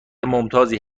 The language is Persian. ممتازی